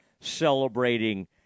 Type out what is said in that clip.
celebrating